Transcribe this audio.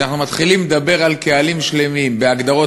כשאנחנו מתחילים לדבר על קהלים שלמים בהגדרות,